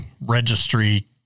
registry